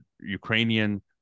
Ukrainian